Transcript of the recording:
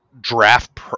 draft